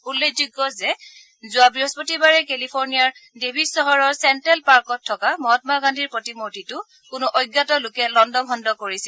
উল্লেখযোগ্য যে যোৱা বৃহস্পতিবাৰে কেলিফোৰ্নিয়াৰ ডেভিচ চহৰৰ চেণ্ট্ৰেল পাৰ্কত থকা মহাম্মা গান্ধীৰ প্ৰতিমূৰ্তিটো কোনো অজ্ঞাত লোকে লণ্ডভণ্ড কৰিছিল